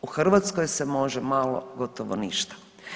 U Hrvatskoj se može malo, gotovo ništa.